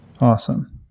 awesome